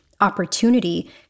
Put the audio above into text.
opportunity